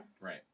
Right